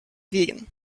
vegan